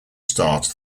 start